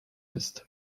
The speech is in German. ist